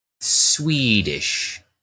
Swedish